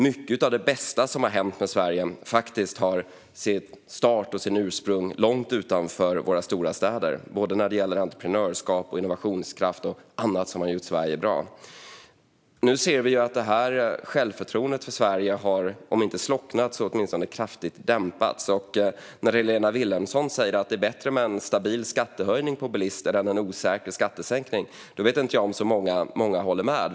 Mycket av det bästa som har hänt i Sverige har ju sin start och sitt ursprung långt utanför våra stora städer när det gäller entreprenörskap, innovationskraft och annat som har gjort Sverige bra. Nu ser vi att självförtroendet för Sverige har om inte slocknat så åtminstone kraftigt dämpats. När Helena Vilhelmsson säger att det är bättre med en stabil skattehöjning för bilister än en osäker skattesänkning vet jag inte om så många håller med.